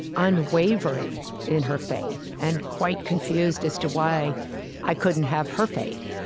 unwavering in her faith, and quite confused as to why i couldn't have her faith.